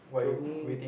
to me